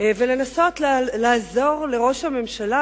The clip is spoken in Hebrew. ולנסות לעזור לראש הממשלה,